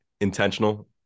intentional